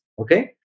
okay